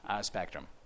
spectrum